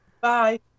Bye